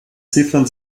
ziffern